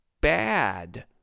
bad